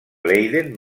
leiden